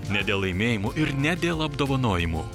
ne dėl laimėjimų ir ne dėl apdovanojimų